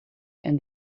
and